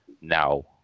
now